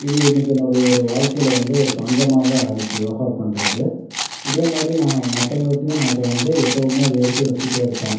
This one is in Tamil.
இது இன்றைக்கி என்னுடைய ஒரு வாழ்க்கையில் வந்து ஒரு பங்கமாவே ஆயிடுச்சி யோகா பண்ணுறது இதேமாதிரி நான் மற்றவங்கக்கிட்டயும் நான் இதை வந்து எப்போவுமே இதை எடுத்து உரைச்சுக்கிட்டே இருப்பேன்